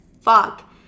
fuck